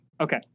Okay